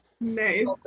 Nice